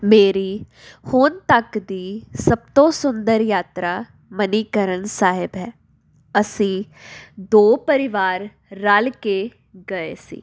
ਮੇਰੀ ਹੁਣ ਤੱਕ ਦੀ ਸਭ ਤੋਂ ਸੁੰਦਰ ਯਾਤਰਾ ਮਨੀਕਰਨ ਸਾਹਿਬ ਹੈ ਅਸੀਂ ਦੋ ਪਰਿਵਾਰ ਰਲ ਕੇ ਗਏ ਸੀ